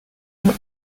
ont